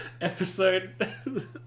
Episode